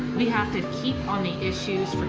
we have to keep on the issues,